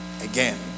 again